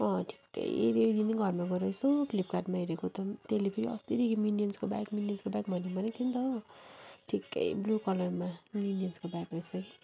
अँ ठिक्कै त्यही दिनै घरमा गएर एयो फ्लिपकार्टमा हेरेको त त्यसले फेरि अस्तिदेखि मिन्यन्सको ब्याग मिन्यन्सको ब्याग भनेको भनेकै थियो नि त हो ठिक्कै ब्लु कलरमा मिन्यन्सको ब्याग रहेछ कि